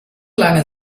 lange